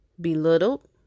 belittled